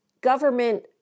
government